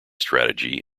strategy